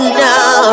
now